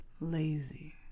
Lazy